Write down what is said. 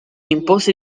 impose